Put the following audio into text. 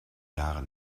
jahren